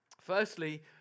Firstly